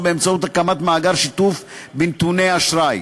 באמצעות הקמת מאגר שיתוף בנתוני אשראי.